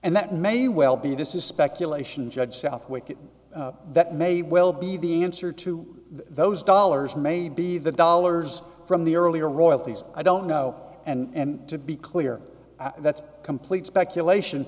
and that may well be this is speculation judge southwick that may well be the answer to those dollars may be the dollars from the earlier royalties i don't know and to be clear that's complete speculation